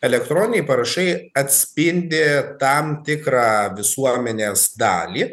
elektroniniai parašai atspindi tam tikrą visuomenės dalį